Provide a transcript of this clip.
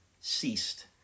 ceased